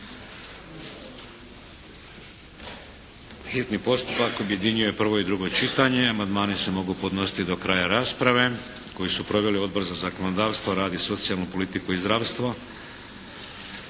Hitni postupak objedinjuje prvo i drugo čitanje. Amandmani se mogu podnositi do kraja rasprave. Koji su proveli Odbor za zakonodavstvo, rad i socijalnu politiku i zdravstvo.